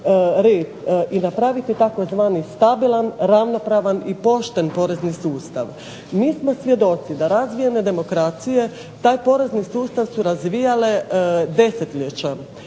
i napraviti tzv. stabilan, ravnopravan i pošten porezni sustav. Mi smo svjedoci da razvijene demokracije taj porezni sustav su razvijale desetljeća,